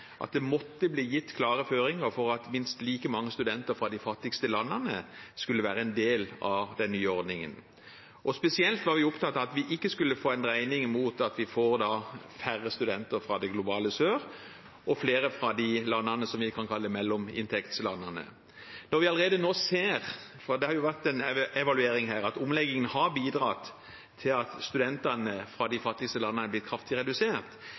at det måtte bli gitt klare føringer for at minst like mange studenter fra de fattigste landene skulle være en del av den nye ordningen. Spesielt var vi opptatt av at vi ikke skulle få en dreining mot å få færre studenter fra det globale sør og flere fra de landene som vi kan kalle mellominntektsland. Det har vært en evaluering av dette, og når vi allerede nå ser at omleggingen har bidratt til at antallet studenter fra de fattigste landene har blitt kraftig redusert,